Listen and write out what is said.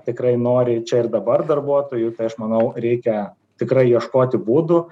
tikrai nori čia ir dabar darbuotojų tai aš manau reikia tikrai ieškoti būdų